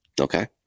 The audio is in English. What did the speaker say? Okay